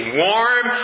warm